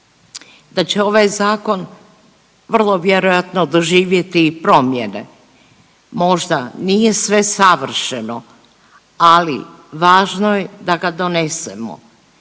da će ovaj zakon vrlo vjerojatno doživjeti promjene, možda nije sve savršeno, ali važno je da ga donesemo,